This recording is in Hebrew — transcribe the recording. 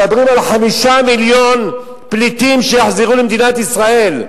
מדברים על 5 מיליון פליטים שיחזרו למדינת ישראל.